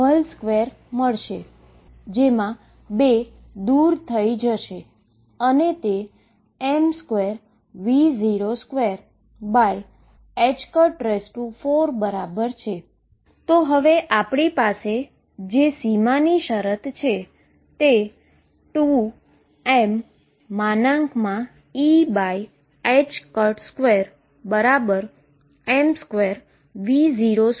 જે 2 પણ દુર થઈ જશે અને તે m2V024 બરાબર છે તો હવે આપણી પાસે જે બાઉન્ડ્રી કન્ડીશન છે